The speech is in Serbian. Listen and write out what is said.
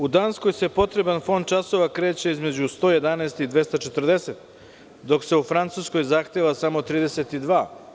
U Danskoj se potreban fond časova kreće između 111 i 240, dok se u Francuskoj zahteva samo 32.